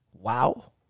wow